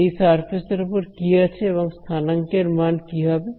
এই সারফেস এর উপর কি আছে এবং স্থানাঙ্কের মান কি হবে